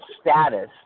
status